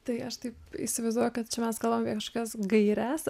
tai aš taip įsivaizduoju kad čia mes galvojam apie kažkokias gaires